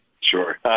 Sure